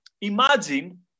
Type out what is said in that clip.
Imagine